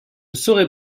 saurai